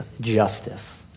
justice